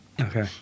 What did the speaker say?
Okay